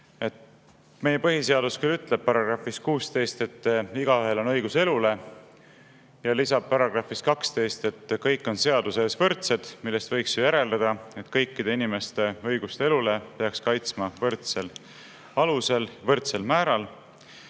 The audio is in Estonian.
Meie põhiseadus ütleb §-s 16, et igaühel on õigus elule. Ja lisab §-s 12, et kõik on seaduse ees võrdsed, millest võiks ju järeldada, et kõikide inimeste õigust elule peaks kaitsma võrdsel alusel, võrdsel määral.